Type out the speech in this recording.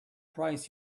price